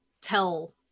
tell